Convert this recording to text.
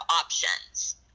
options